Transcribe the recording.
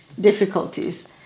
difficulties